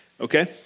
okay